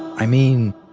i mean,